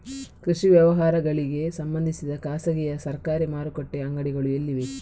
ಕೃಷಿ ವ್ಯವಹಾರಗಳಿಗೆ ಸಂಬಂಧಿಸಿದ ಖಾಸಗಿಯಾ ಸರಕಾರಿ ಮಾರುಕಟ್ಟೆ ಅಂಗಡಿಗಳು ಎಲ್ಲಿವೆ?